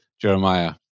Jeremiah